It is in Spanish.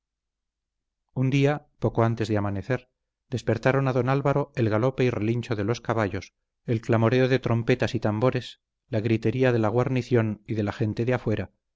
un día poco antes de amanecer despertaron a don álvaro el galope y relincho de los caballos el clamoreo de trompetas y tambores la gritería de la guarnición y de la gente de afuera